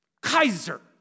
Kaiser